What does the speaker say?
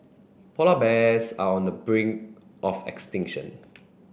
polar bears are on the brink of extinction